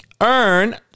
earn